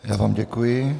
Já vám děkuji.